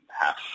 Half